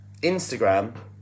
Instagram